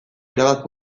erabat